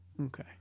Okay